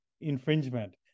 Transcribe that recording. infringement